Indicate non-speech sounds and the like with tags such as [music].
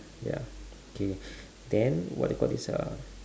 ya K [breath] then what you call this uh